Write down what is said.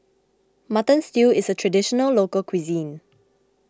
Mutton Stew is a Traditional Local Cuisine